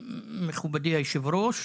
מכובדי יושב הראש.